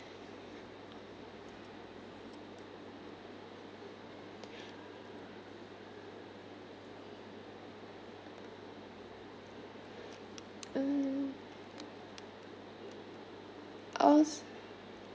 outs~